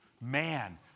man